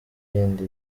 yindi